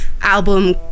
album